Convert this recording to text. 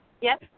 Yes